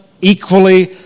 equally